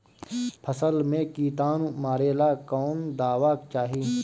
फसल में किटानु मारेला कौन दावा चाही?